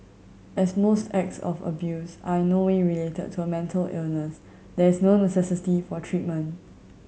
as most acts of abuse are in no way related to a mental illness there is no necessity for treatment